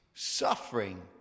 Suffering